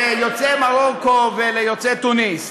ליוצאי מרוקו וליוצאי תוניס,